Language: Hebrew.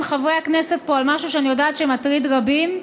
חברי הכנסת על משהו שאני יודעת שמטריד רבים,